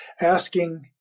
asking